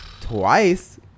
Twice